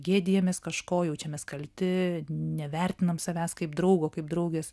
gėdijamės kažko jaučiamės kalti nevertinam savęs kaip draugo kaip draugės